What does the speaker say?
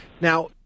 Now